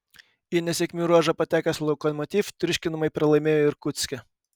į nesėkmių ruožą patekęs lokomotiv triuškinamai pralaimėjo irkutske